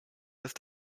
ist